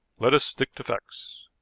let us stick to facts.